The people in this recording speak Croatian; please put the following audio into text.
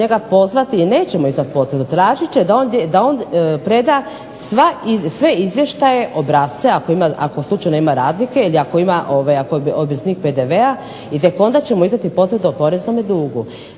njega pozvati i neće mu izdati potvrdu. Tražit će da on preda sve izvještaje i obrasce ako slučajno ima radnike ili ako je obveznik PDV-a i tek onda će mu izdati potvrdu o poreznom dugu.